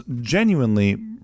genuinely